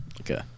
Okay